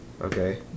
Okay